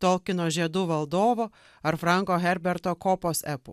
tolkino žiedų valdovo ar franko herberto kopos epų